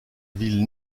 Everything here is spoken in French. ville